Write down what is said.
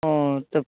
ও তো